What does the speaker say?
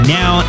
now